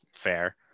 fair